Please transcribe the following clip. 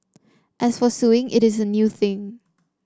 as for suing it is a new thing